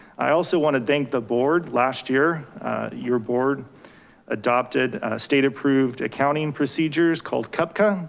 i also wanna thank the board. last year your board adopted a state approved accounting procedures called cupcaa,